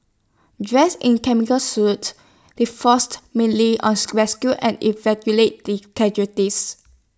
dressed in chemical suits they forced mainly us rescue and the casualties